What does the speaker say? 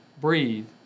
breathe